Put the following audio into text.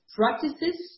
practices